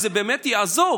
זה באמת יעזור,